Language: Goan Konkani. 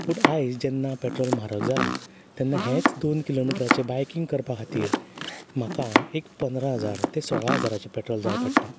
पूण आयज जेन्ना पेट्रोल म्हारग जालां तेन्ना हेंच दोन किलोमिटराचे बायकींग करपा खातीर म्हाका एक पंदरा हजार ते सोळा हजाराचें पेट्रोल जाय पडटा